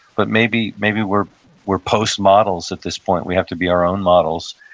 but maybe maybe we're we're post-models at this point. we have to be our own models.